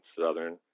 southern